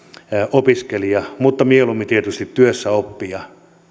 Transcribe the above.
opiskelija mutta mieluummin tietysti työssäoppija